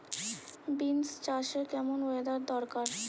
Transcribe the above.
Beans চাষে কেমন weather দরকার?